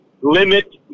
limit